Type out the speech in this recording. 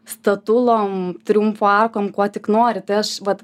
statulom triumfo arkom kuo tik norite aš vat